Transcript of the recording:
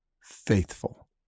faithful